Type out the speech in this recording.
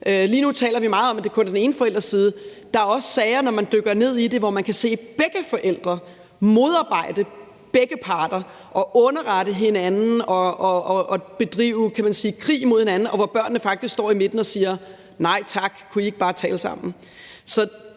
Lige nu taler vi meget om, at det kun er fra den ene forælders side. Der er også sager, hvor man, når man dykker ned i det, kan se, at begge forældre modarbejder hinanden, at de foretager underretninger af hinanden, og at de – kan man sige – bedriver krig mod hinanden, og hvor børnene faktisk står i midten og siger: Nej tak, kunne I ikke bare tale sammen?